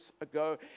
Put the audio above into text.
ago